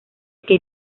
que